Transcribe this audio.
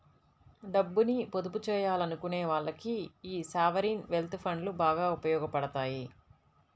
డబ్బుని పొదుపు చెయ్యాలనుకునే వాళ్ళకి యీ సావరీన్ వెల్త్ ఫండ్లు బాగా ఉపయోగాపడతాయి